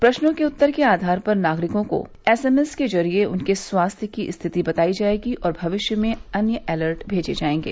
प्रश्नों के उत्तर के आधार पर नागरिकों को एसएमएस के जरिए उनके स्वास्थ्य की स्थिति बताई जाएगी और भविष्य में अन्य अलर्ट भेजे जाएगे